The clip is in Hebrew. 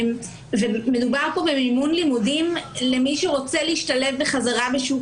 מדובר פה במימון לימודים למי שרוצה להשתלב בחזרה בשוק